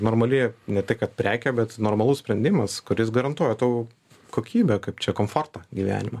normali ne tai kad prekė bet normalus sprendimas kuris garantuoja tau kokybę kaip čia komfortą gyvenimo